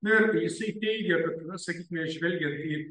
ir jisai teigia na sakykime žvelgiant į